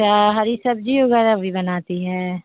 ہری سبزی وغیرہ بھی بناتی ہیں